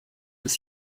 des